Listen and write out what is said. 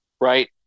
right